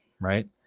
right